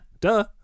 duh